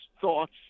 thoughts